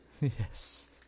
Yes